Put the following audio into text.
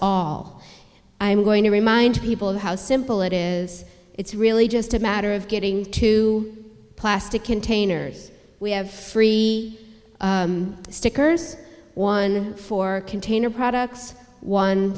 all i'm going to remind people how simple it is it's really just a matter of getting two plastic containers we have free stickers one for container products one